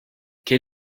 quel